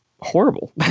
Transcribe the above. horrible